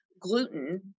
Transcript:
gluten